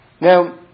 Now